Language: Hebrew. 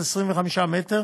25 מטר,